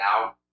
now